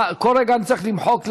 כל רגע אני צריך למחוק,